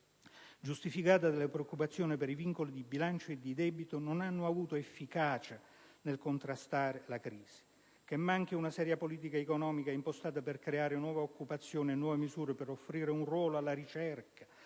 giustificati dalla preoccupazione per i vincoli di bilancio e di debito, non hanno avuto efficacia nel contrastare la crisi. Che manchi una seria politica economica impostata per creare nuova occupazione e nuove misure per offrire un ruolo alla ricerca,